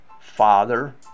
father